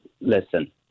Listen